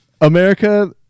America